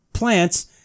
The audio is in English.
plants